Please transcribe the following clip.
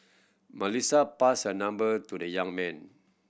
Melissa passed a number to the young man